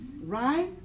right